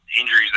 injuries